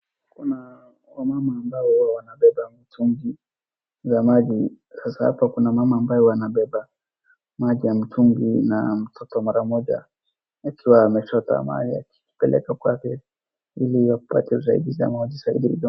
Kuna wamama ambae wanabeba mtungi ya maji. Sasa hapa kuna mama ambaye anabeba maji ya mtungi na mtoto mara moja akiwa amechota maji akipeleka kwake ili apate zaidi ya usaidizi.